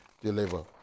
deliver